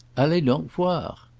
allez donc voir!